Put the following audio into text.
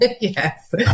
Yes